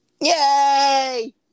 Yay